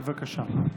בבקשה.